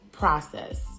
Process